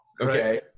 okay